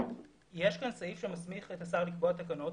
יש כאן סעיף שמסמיך את השר לקבוע תקנות